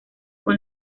con